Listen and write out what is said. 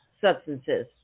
substances